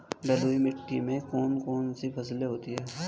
बलुई मिट्टी में कौन कौन सी फसलें होती हैं?